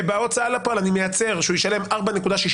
ובהוצאה לפועל אני מייצר שהוא ישלם 4.62%,